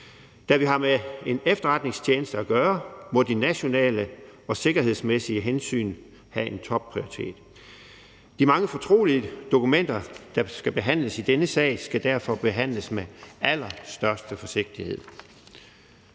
Da vi har med en efterretningstjeneste at gøre, må de nationale og sikkerhedsmæssige hensyn have en topprioritet. De mange fortrolige dokumenter, der skal behandles i denne sag, skal derfor behandles med allerstørste forsigtighed.